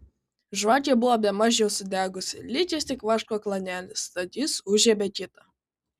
žvakė buvo bemaž jau sudegusi likęs tik vaško klanelis tad jis užžiebė kitą